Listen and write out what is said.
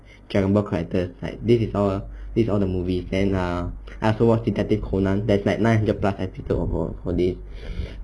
dragon ball characters like this is all ah this is all in movies then err I also watch detective conan there's like nine hundred plus episodes of all for this